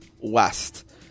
West